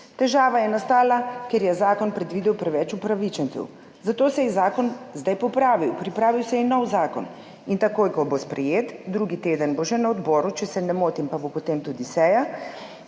Težava je nastala, ker je zakon predvidel preveč upravičencev, zato se je zakon zdaj popravil. Pripravil se je nov zakon in takoj, ko bo sprejet, drugi teden bo že na odboru, če se ne motim, pa bo potem tudi seja,